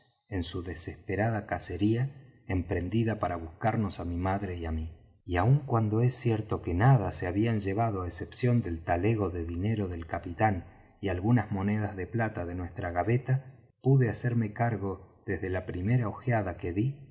en su desesperada cacería emprendida para buscarnos á mi madre y á mí y aun cuando es cierto que nada se habían llevado á excepción del talego de dinero del capitán y algunas monedas de plata de nuestra gaveta pude hacerme cargo desde la primera ojeada que dí